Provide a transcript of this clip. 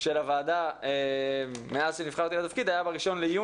של הוועדה מאז שנבחתי לתפקיד היה ב- 1.6,